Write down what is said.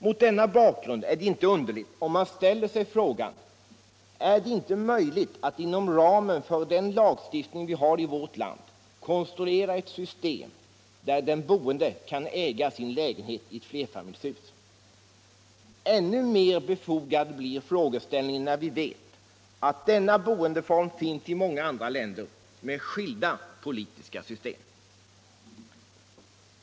Mot denna bakgrund är det inte underligt om man ställer sig frågan: Är det inte möjligt att inom ramen för den lagstiftning vi har i vårt land konstruera ett system där den boende kan äga sin lägenhet i ett flerfamiljshus? Ännu mer befogad blir frågeställningen, när vi vet att denna boendeform finns i många andra länder med skilda politiska system.